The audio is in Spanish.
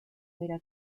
vera